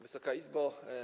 Wysoka Izbo!